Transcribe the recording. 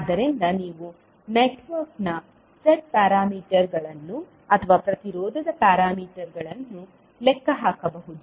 ಆದ್ದರಿಂದ ನೀವು ನೆಟ್ವರ್ಕ್ನ z ಪ್ಯಾರಾಮೀಟರ್ಗಳನ್ನು ಅಥವಾ ಪ್ರತಿರೋಧದ ಪ್ಯಾರಾಮೀಟರ್ಗಳನ್ನು ಲೆಕ್ಕ ಹಾಕಬಹುದು